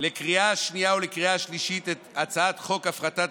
לקריאה שנייה ולקריאה שלישית את הצעת חוק הפחתת